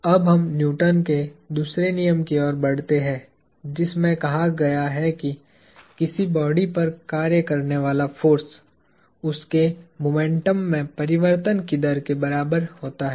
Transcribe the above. तो अब हम न्यूटन के दूसरे नियम की ओर बढ़ते हैं जिसमें कहा गया है कि किसी बॉडी पर कार्य करने वाला फोर्स उसके मोमेंटम में परिवर्तन की दर के बराबर होता है